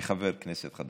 כחבר כנסת חדש,